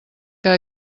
que